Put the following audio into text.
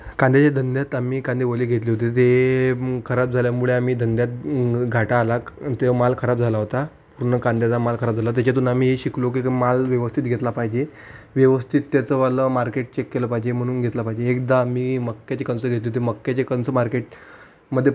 कांद्याच्या धंद्यात आम्ही कांदे ओले घेतले होते ते खराब झाल्यामुळे आम्ही धंद्यात घाटा आला तो माल खराब झाला होता पूर्ण कांद्याचा माल खराब झाला होता त्याच्यातून आम्ही हे शिकलो की माल व्यस्थित घेतला पाहिजे व्यवस्थित त्याचंवालं मार्केट चेक केलं पाहिजे म्हणून घेतलं पाहिजे एकदा आम्ही मक्याची कणसं घेतली होती मक्याची कणसं मार्केटमध्ये